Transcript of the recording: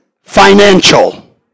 financial